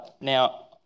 now